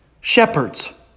Shepherds